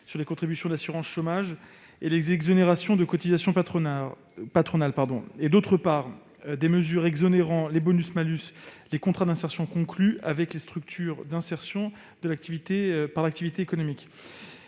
sur les contributions d'assurance chômage et les exonérations de cotisations patronales ; d'autre part, à prévoir l'exonération du bonus-malus des contrats d'insertion conclus avec les structures d'insertion par l'activité économique.